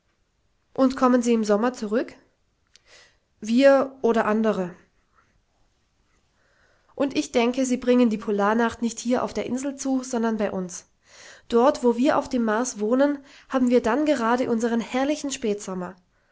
und kommen sie im sommer zurück wir oder andere und ich denke sie bringen die polarnacht nicht hier auf der insel zu sondern bei uns dort wo wir auf dem mars wohnen haben wir dann gerade unsern herrlichen spätsommer